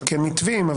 מתווים.